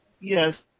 Yes